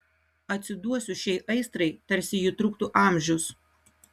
atsiduosiu šiai aistrai tarsi ji truktų amžius